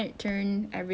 but generally in life